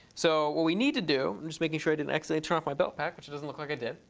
so what we need to do i'm just making sure i didn't actually turn off my belt pack, which it doesn't look like i did.